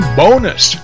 bonus